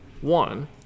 one